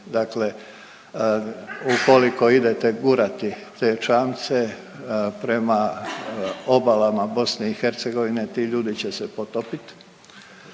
Dakle ukoliko idete gurati te čamce prema obalama BiH ti ljudi će se potopit,